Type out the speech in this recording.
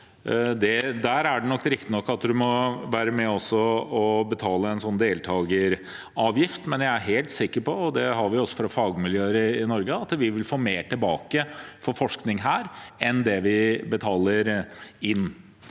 Der er det riktignok slik at man må være med på å betale en deltakeravgift, men jeg er helt sikker på, og det har vi også fra fagmiljøer i Norge, at vi vil få mer tilbake til forskning her enn det vi betaler inn.